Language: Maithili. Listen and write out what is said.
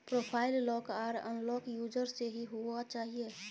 प्रोफाइल लॉक आर अनलॉक यूजर से ही हुआ चाहिए